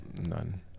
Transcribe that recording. None